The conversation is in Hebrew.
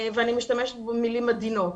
ואני משתמשת במילים עדינות.